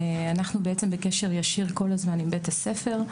אנחנו בעצם בקשר ישיר כל הזמן עם בית הספר.